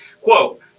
Quote